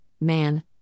man